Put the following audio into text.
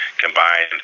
combined